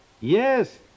Yes